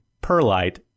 perlite